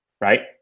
right